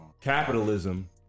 capitalism